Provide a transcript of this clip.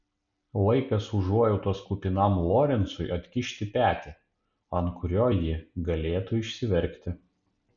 laikas užuojautos kupinam lorencui atkišti petį ant kurio ji galėtų išsiverkti